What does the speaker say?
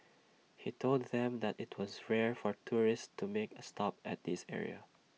he told them that IT was rare for tourists to make A stop at this area